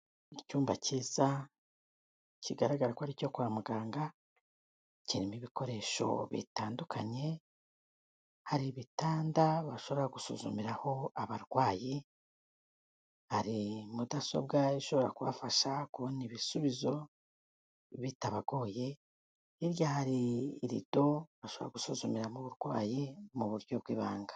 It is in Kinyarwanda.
Icyumba cyiza kigaragara ko ari icyo kwa muganga, kirimo ibikoresho bitandukanye, hari ibitanda bashobora gusuzumiraho abarwayi, hari mudasobwa ishobora kubafasha kubona ibisubizo bitabagoye, hirya hari rido bashobora gusuzumiramo uburwayi mu buryo bw'ibanga.